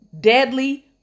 deadly